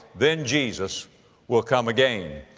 then jesus will come again.